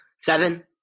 seven